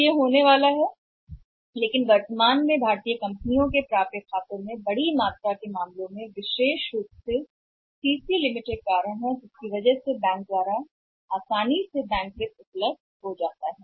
तो यह होने वाला है लेकिन वर्तमान में बड़ी मात्रा में खातों की प्राप्ति का कारण है भारतीय कंपनियों के मामले में विशेष रूप से सीसी के माध्यम से बैंक वित्त की आसान उपलब्धता है सीमा एक आयातित कारण है